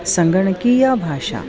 सङ्गणकीया भाषा